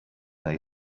they